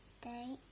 day